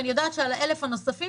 ואני יודעת שעל ה-1,000 הנוספים,